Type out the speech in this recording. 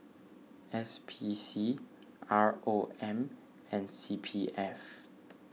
S P C R O M and C P F